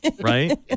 Right